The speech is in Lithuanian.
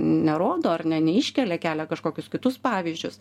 nerodo ar ne neiškelia kelia kažkokius kitus pavyzdžius